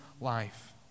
life